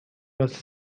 was